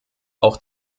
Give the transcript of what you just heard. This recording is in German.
auch